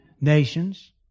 nations